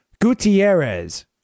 Gutierrez